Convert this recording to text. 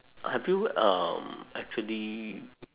I feel um actually